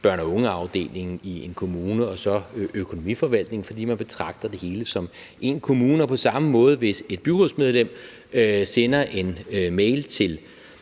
børn- og ungeafdelingen i en kommune og så økonomiforvaltningen, fordi man betragter det hele som én kommune. På samme måde: Hvis et byrådsmedlem sender en mail til